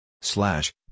Slash